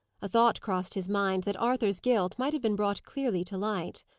a thought crossed his mind that arthur's guilt might have been brought clearly to light.